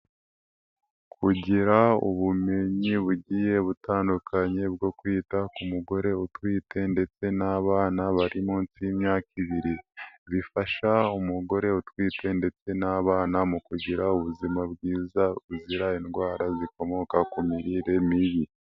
Kugira ubumenyi bugiye butandukanye bwo kwita ku mugore utwite ndetse n'abana bari munsi y'imyaka ibiri, bifasha umugore utwite ndetse n'abana mu kugira ubuzima bwiza buzira indwara zikomoka ku mirire mibi.